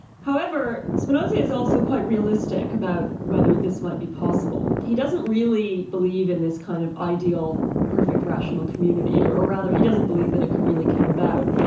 however, spinoza is also quite realistic about whether this might be possible. he doesn't really believe in this kind of ideal, perfect rational community, or rather he doesn't believe that it could really come about.